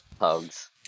Hugs